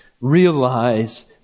realize